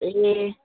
ए